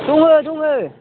दङ दङ